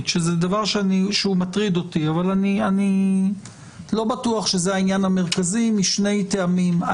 שזה דבר שמטריד אותי אולם איני בטוח שזה העניין המרכזי משני טעמים.